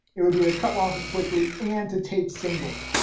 it would be the cut losses quickly and to take singles.